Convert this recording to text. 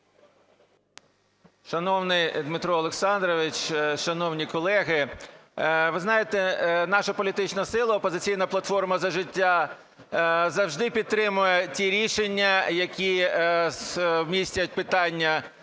Шановний Дмитро Олександрович, шановні колеги! Ви знаєте, наша політична сила "Опозиційна платформа – За життя" завжди підтримує ті рішення, які містять питання